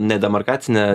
ne demarkacinė